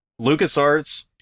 LucasArts